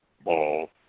ball